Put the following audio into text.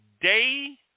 day